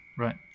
Right